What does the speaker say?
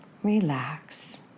Relax